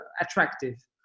attractive